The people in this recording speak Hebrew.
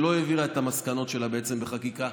שלא העבירה את המסקנות שלה בחקיקה.